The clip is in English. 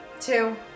Two